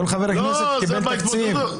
כל חבר כנסת קיבל תקציב.